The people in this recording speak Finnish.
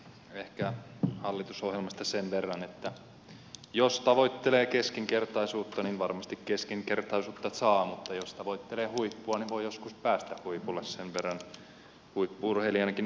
ehkä hallitusohjelmasta sen verran että jos tavoittelee keskinkertaisuutta niin varmasti keskinkertaisuutta saa mutta jos tavoittelee huippua niin voi joskus päästä huipulle sen verran huippu urheilijanakin opin